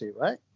right